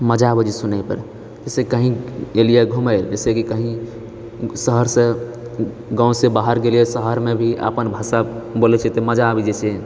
मजा आबैछे सुनय पर जैसे कही गेलिए घुमैले जैसेकि कहीं शहरसे गाँवसे बाहर गेलिए शहरमे भी अपन भाषा बोलय छिए तऽ मजा आबि जाइछेै